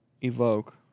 Evoke